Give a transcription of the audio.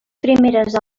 primeres